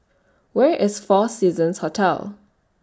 Where IS four Seasons Hotel